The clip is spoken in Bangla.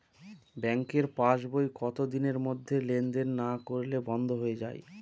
ব্যাঙ্কের পাস বই কত দিনের মধ্যে লেন দেন না করলে বন্ধ হয়ে য়ায়?